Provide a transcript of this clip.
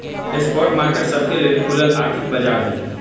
spot market सबके लेल खुलल आर्थिक बाजार हइ